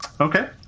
Okay